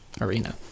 arena